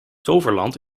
toverland